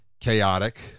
chaotic